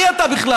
מי אתה בכלל?